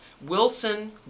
Wilson